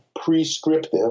prescriptive